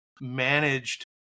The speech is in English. managed